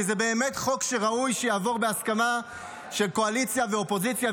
כי זה באמת חוק שראוי שיעבור בהסכמה של קואליציה ואופוזיציה,